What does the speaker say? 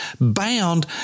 bound